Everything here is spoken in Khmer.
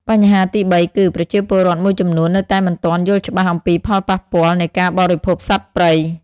បញ្ហាទីបីគឺ ប្រជាពលរដ្ឋមួយចំនួននៅតែមិនទាន់យល់ច្បាស់អំពីផលប៉ះពាល់ នៃការបរិភោគសត្វព្រៃ។